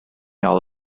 all